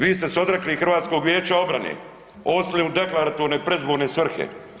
Vi ste se odrekli Hrvatskog vijeća obrane, osim u deklaratorne predizborne svrhe.